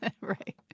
Right